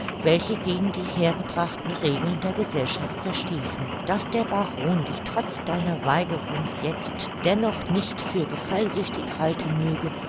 welche gegen die hergebrachten regeln der gesellschaft verstießen daß der baron dich trotz deiner weigerung jetzt dennoch nicht für gefallsüchtig halten möge